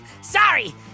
Sorry